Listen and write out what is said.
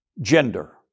gender